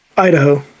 Idaho